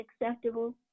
acceptable